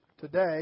today